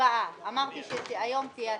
הצבעה --- אמרתי שהיום תהיה הצבעה,